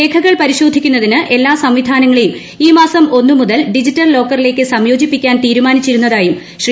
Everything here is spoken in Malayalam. രേഖകൾ പരിശോധിക്കുന്നതിന് എല്ലാ സംവിധാനങ്ങളെയും ഈ മാസം ഒന്നു മുതൽ ഡിജിറ്റൽ ലോക്കറിലേക്ക് സംയോജിപ്പിക്കാൻ തീരുമാനിച്ചതായും ശ്രീ